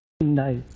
Nice